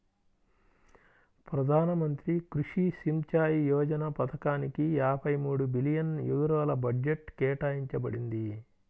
ప్రధాన మంత్రి కృషి సించాయ్ యోజన పథకానిక యాభై మూడు బిలియన్ యూరోల బడ్జెట్ కేటాయించబడింది